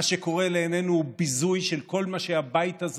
מה שקורה לעינינו הוא ביזוי של כל מה שהבית הזה